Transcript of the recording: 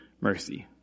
mercy